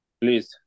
please